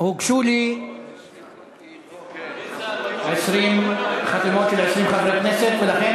הוגשו לי 20 חתימות, של 20 חברי כנסת, ולכן